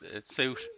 suit